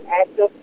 active